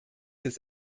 des